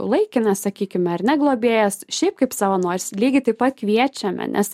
laikinas sakykime ar ne globėjas šiaip kaip savanoris lygiai taip pat kviečiame nes